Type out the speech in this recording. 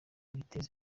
biteze